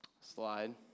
Slide